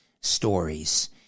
stories